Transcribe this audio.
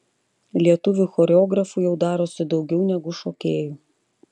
lietuvių choreografų jau darosi daugiau negu šokėjų